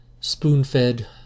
spoon-fed